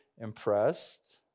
impressed